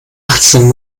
achtzehn